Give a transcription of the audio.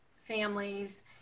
families